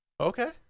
Okay